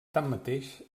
tanmateix